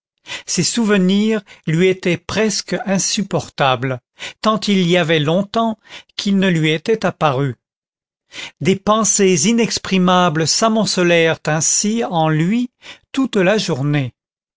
ces souvenirs lui étaient presque insupportables tant il y avait longtemps qu'ils ne lui étaient apparus des pensées inexprimables s'amoncelèrent ainsi en lui toute la journée